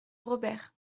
robert